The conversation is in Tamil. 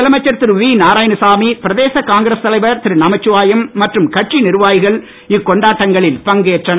முதலமைச்சர் திரு வி நாராயணசாமி பிரதேச காங்கிரஸ் தலைவர் திரு நமச்சிவாயம் மற்றும் கட்சி நிர்வாகிகள் இக்கொண்டாட்டங்களில் பங்கேற்றனர்